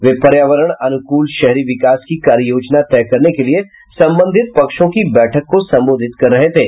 वे पर्यावरण अनुकूल शहरी विकास की कार्य योजना तय करने के लिए संबंधित पक्षों की बैठक को संबोधित कर रहे थे